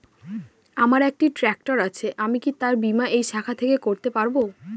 আমার একটি ট্র্যাক্টর আছে আমি কি তার বীমা এই শাখা থেকে করতে পারব?